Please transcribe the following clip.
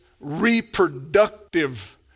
reproductive